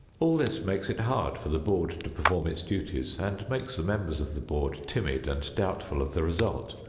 all this makes it hard for the board to perform its duties, and makes the members of the board timid and doubtful of the result,